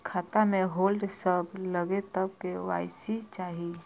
खाता में होल्ड सब लगे तब के.वाई.सी चाहि?